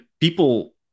people